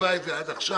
וליווה את זה עד עכשיו.